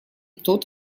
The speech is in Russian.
тот